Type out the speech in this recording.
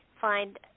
find